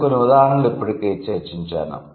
నేను కొన్ని ఉదాహరణలు ఇప్పటికే చర్చించాను